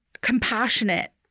compassionate